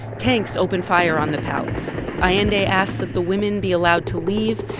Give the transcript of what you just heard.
tanks open fire on the palace allende asks that the women be allowed to leave,